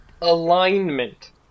alignment